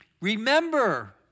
Remember